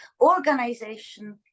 organization